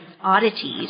oddities